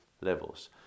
levels